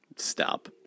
Stop